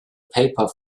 paper